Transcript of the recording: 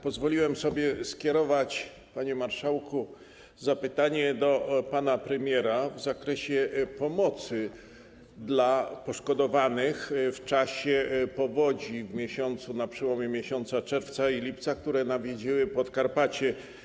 Pozwoliłem sobie skierować, panie marszałku, zapytanie do pana premiera w zakresie pomocy dla poszkodowanych w czasie powodzi na przełomie czerwca i lipca, które nawiedziły Podkarpacie.